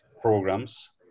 programs